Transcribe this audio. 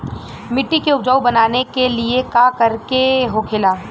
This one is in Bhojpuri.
मिट्टी के उपजाऊ बनाने के लिए का करके होखेला?